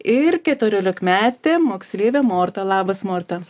ir keturiolikmetė moksleivė morta labas morta